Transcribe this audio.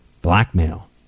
Blackmail